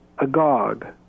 Agog